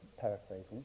paraphrasing